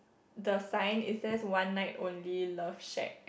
the sign is there's one night only love shack